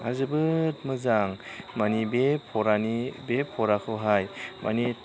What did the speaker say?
आं जोबोद मोजांं मानि बे फराखौहाय मानि